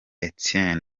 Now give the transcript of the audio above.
einstein